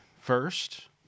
first